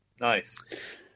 Nice